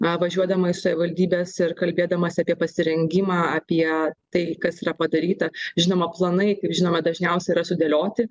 na važiuodama į savivaldybes ir kalbėdamasi apie pasirengimą apie tai kas yra padaryta žinoma planai žinoma dažniausiai yra sudėlioti